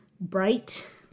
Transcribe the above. bright